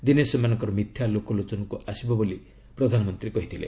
ଦିନେ ସେମାନଙ୍କର ମିଥ୍ୟା ଲୋକଲୋଚନକୁ ଆସିବ ବୋଲି ପ୍ରଧାନମନ୍ତ୍ରୀ କହିଥିଲେ